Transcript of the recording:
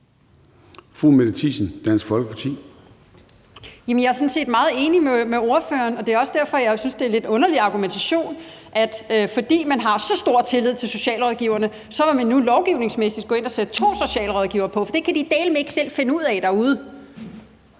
set meget enig med ordføreren, og det er også derfor, jeg synes, det er en lidt underlig argumentation, at fordi man har så stor tillid til socialrådgiverne, vil man nu lovgivningsmæssigt gå ind og sætte to socialrådgivere på, for det mener man dæleme ikke de selv kan finde ud af derude